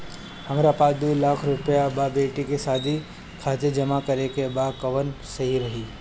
हमरा पास दू लाख रुपया बा बेटी के शादी खातिर जमा करे के बा कवन सही रही?